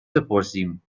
بپرسیم